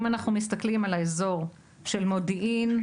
אם אנחנו מסתכלים על האזור של מודיעין,